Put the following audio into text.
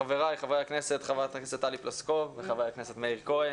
ח"כ טלי פלוסקוב וח"כ מאיר כהן